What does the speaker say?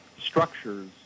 structures